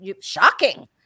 shocking